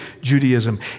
Judaism